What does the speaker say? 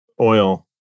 oil